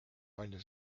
palju